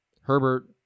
Herbert